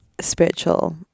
spiritual